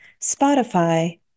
Spotify